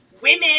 women